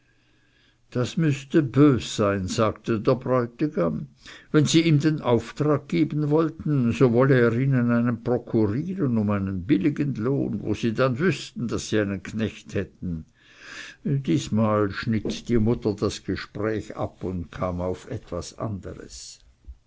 das müßte bös sein sagte der bräutigam wenn sie ihm den auftrag geben wollten so wolle er ihnen einen prokurieren um einen billigen lohn wo sie dann wüßten daß sie einen knecht hätten diesmal schnitt die mutter das gespräch ab und kam auf etwas anderes